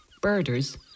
Birders